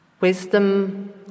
wisdom